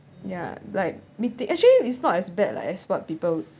ya like meeting actually it's not as bad lah as what people